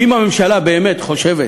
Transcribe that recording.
ואם הממשלה באמת חושבת